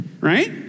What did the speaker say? right